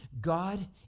God